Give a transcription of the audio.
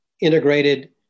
integrated